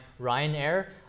Ryanair